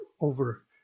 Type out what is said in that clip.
over